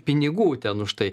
pinigų ten už tai